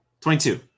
22